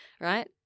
right